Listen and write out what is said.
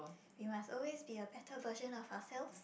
we must always be a better version of ourself